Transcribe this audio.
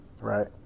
Right